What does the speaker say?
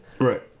Right